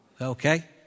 okay